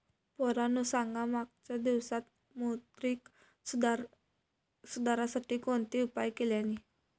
पोरांनो सांगा मागच्या दिवसांत मौद्रिक सुधारांसाठी कोणते उपाय केल्यानी?